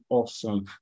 awesome